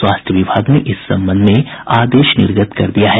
स्वास्थ्य विभाग ने इस संबंध में आदेश निर्गत कर दिया है